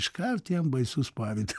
iškart jam baisu spardyt